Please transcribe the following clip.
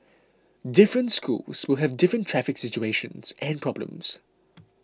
different schools will have different traffic situations and problems